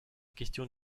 question